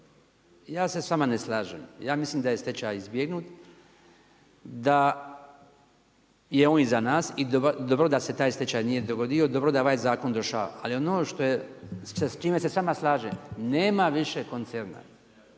ja se s vama ne slažem, ja mislim da je stečaj izbjegnut, da je on iza nas, i dobro da se taj stečaj nije dogodio, dobro da je ovaj zakon došao, ali ono s čime se s vama slažem, nema više koncerna.